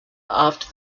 after